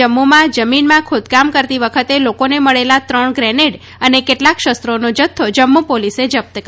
જમ્મુમાં જમીનમાં ખોદકામ કરતી વખતે લોકોને મળેલા ત્રણ ગ્રેનેડ અને કેટલાંક શસ્ત્રોનો જથ્થો જમ્મુ પોલીસે જપ્ત કર્યો